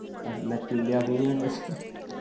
नच्ची जंदे अस इ'यां